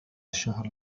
الشهر